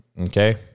Okay